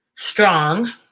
strong